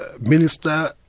minister